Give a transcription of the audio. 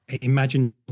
Imagine